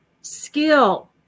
skill